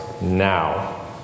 now